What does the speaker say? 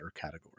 category